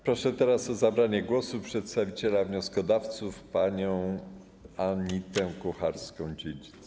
Proszę teraz o zabranie głosu przedstawiciela wnioskodawców panią Anitę Kucharską-Dziedzic.